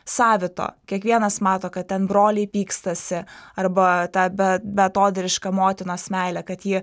savito kiekvienas mato kad ten broliai pykstasi arba tą be beatodairišką motinos meilę kad ji